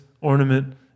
ornament